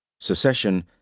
secession